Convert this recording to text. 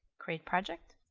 great project.